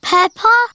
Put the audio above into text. Peppa